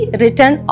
written